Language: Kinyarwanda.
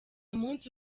munsi